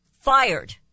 fired